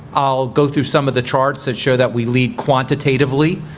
i'll go through some of the charts that show that we lead quantitatively.